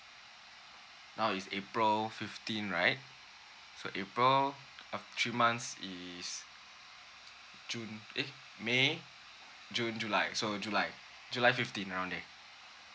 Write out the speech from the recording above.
now is april fifteen right so april uh three months is june eh may june july so july july fifteen around there